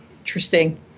Interesting